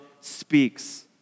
speaks